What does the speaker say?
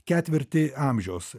ketvirtį amžiaus